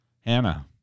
Hannah